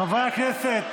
חברי הכנסת,